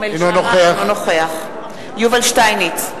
אינו נוכח יובל שטייניץ,